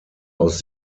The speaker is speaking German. aus